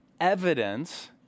evidence